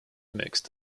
mixed